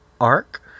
arc